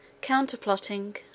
Counterplotting